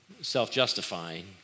self-justifying